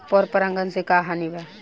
पर परागण से का हानि बा?